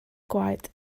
gwaed